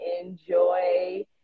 enjoy